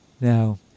Now